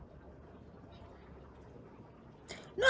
no